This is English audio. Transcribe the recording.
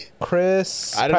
chris